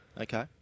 Okay